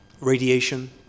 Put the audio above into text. radiation